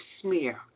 smear